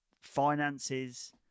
finances